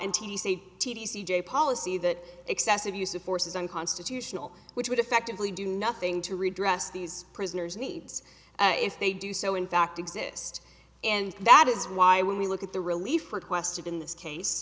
t c t v c j policy that excessive use of force is unconstitutional which would effectively do nothing to redress these prisoners needs if they do so in fact exist and that is why when we look at the relief requested in this case